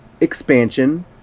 expansion